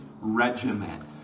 regiment